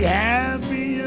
happy